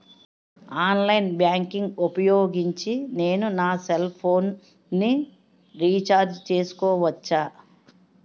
Online banking ఊపోయోగించి నేను నా సెల్ ఫోను ని రీఛార్జ్ చేసుకోవచ్చా?